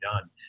done